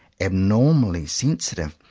abnormally sensitive.